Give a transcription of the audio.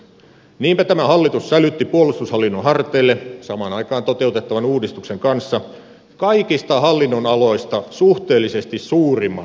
niinpä tämä hallitus sälytti puolustushallinnon harteille samaan aikaan toteutettavan uudistuksen kanssa kaikista hallinnonaloista suhteellisesti suurimman säästötaakan